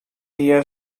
year